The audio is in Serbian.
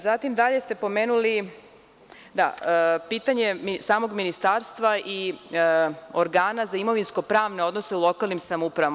Zatim, dalje ste pomenuli pitanje samog ministarstva i organa za imovinsko-pravne odnose u lokalnim samoupravama.